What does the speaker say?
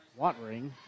Watring